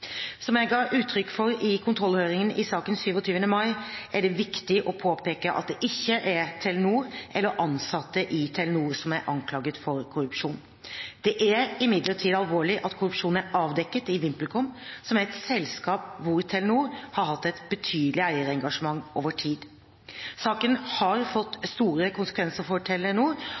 Som jeg ga uttrykk for i kontrollhøringen i saken den 27. mai, er det viktig å påpeke at det ikke er Telenor eller ansatte i Telenor som er anklaget for korrupsjon. Det er imidlertid alvorlig at korrupsjon er avdekket i VimpelCom, som er et selskap hvor Telenor har hatt et betydelig eierengasjement over tid. Saken har fått store konsekvenser for Telenor,